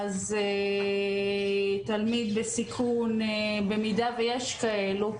תלמיד בסיכון במידה ויש כאלו,